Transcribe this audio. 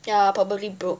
yeah probably broke